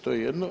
To je jedno.